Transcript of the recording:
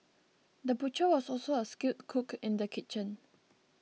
the butcher was also a skilled cook in the kitchen